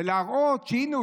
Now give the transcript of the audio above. להראות שהינה,